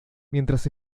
mientras